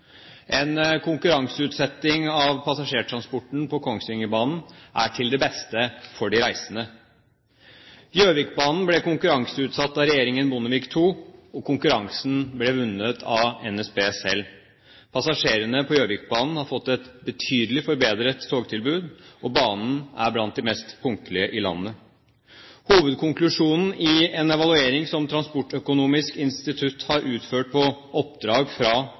En konkurranseutsetting av passasjertransporten på Kongsvingerbanen er til det beste for de reisende. Gjøvikbanen ble konkurranseutsatt av regjeringen Bondevik II, og konkurransen ble vunnet av NSB selv. Passasjerene på Gjøvikbanen har fått et betydelig forbedret togtilbud, og banen er blant de mest punktlige i landet. Hovedkonklusjonen i en evaluering som Transportøkonomisk institutt har utført på oppdrag fra